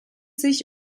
sich